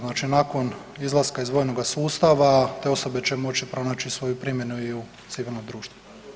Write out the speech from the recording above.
Znači nakon izlaska iz vojnoga sustava te osobe će moći pronaći svoju primjenu i u civilnom društvu.